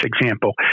example